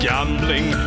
Gambling